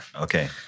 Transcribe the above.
Okay